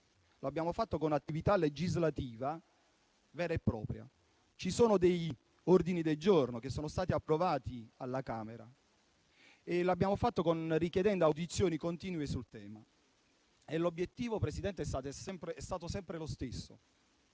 Lo abbiamo fatto con attività legislativa vera e propria, attraverso ordini del giorno che sono stati approvati alla Camera. Lo abbiamo fatto altresì richiedendo audizioni continue sul tema. L'obiettivo, Presidente, è stato sempre lo stesso: